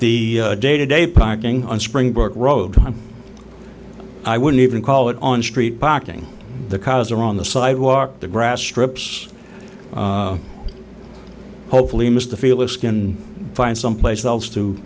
the day to day parking on springbrook road i wouldn't even call it on street parking the cars are on the sidewalk the grass strips hopefully missed the feel of skin find someplace else to